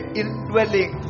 indwelling